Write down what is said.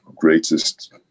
greatest